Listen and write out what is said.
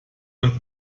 und